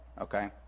Okay